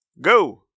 go